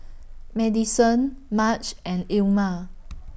Madyson Marge and Ilma